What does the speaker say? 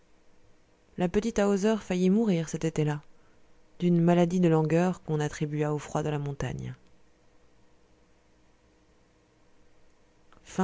la petite hauser faillit mourir cet été là d'une maladie de langueur qu'on attribua au froid de la montagne